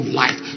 life